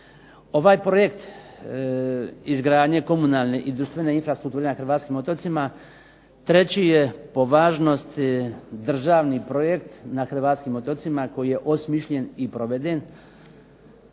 Ovaj projekt izgradnje komunalne i društvene infrastrukture na hrvatskim otocima, treći je po važnosti državni projekt na hrvatskim otocima koji je osmišljen i proveden